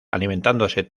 alimentándose